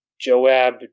Joab